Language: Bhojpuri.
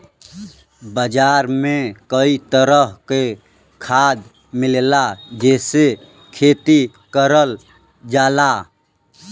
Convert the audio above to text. बाजार में कई तरह के खाद मिलला जेसे खेती करल जाला